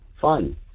fun